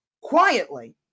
quietly